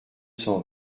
cent